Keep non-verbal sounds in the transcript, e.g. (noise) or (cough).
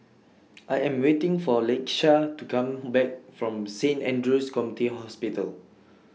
(noise) I Am waiting For Lakeshia to Come Back from Saint Andrew's Community Hospital